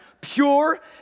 pure